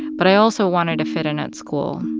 but i also want to to fit in at school,